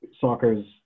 Soccer's